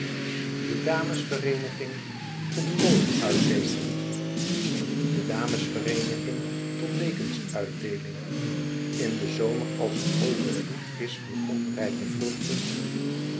de dames vereeniging tot kolenuitdeeling de dames vereeniging tot dekensuitdeeling in den zomer als er overvloed is van onrijpe vruchten